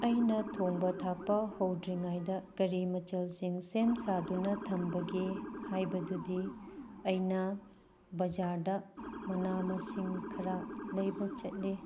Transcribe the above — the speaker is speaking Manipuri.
ꯑꯩꯅ ꯊꯣꯡꯕ ꯊꯥꯛꯄ ꯍꯧꯗ꯭ꯔꯤꯉꯩꯗ ꯀꯔꯤ ꯃꯊꯦꯜꯁꯤꯡ ꯁꯦꯝ ꯁꯥꯗꯨꯅ ꯊꯝꯕꯒꯦ ꯍꯥꯏꯕꯗꯨꯗꯤ ꯑꯩꯅ ꯕꯖꯥꯔꯗ ꯃꯅꯥ ꯃꯁꯤꯡ ꯈꯔ ꯂꯩꯕ ꯆꯠꯂꯦ